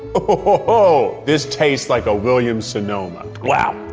but oh, oh, oh. this tastes like a williams-sonoma. wow,